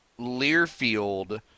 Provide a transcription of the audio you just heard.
Learfield